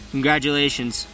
Congratulations